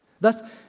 Thus